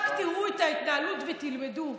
רק תראו את ההתנהלות ותלמדו,